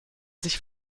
sich